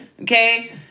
Okay